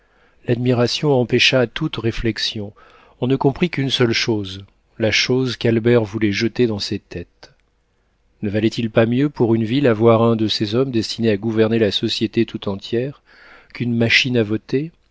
l'admiration empêcha toute réflexion on ne comprit qu'une seule chose la chose qu'albert voulait jeter dans ces têtes ne valait-il pas mieux pour une ville avoir un de ces hommes destinés à gouverner la société toute entière qu'une machine à voter